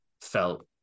felt